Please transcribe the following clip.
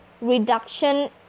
reduction